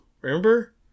Remember